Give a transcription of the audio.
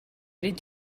did